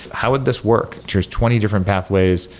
how would this work? there's twenty different pathways,